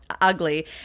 ugly